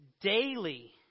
daily